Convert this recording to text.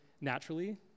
naturally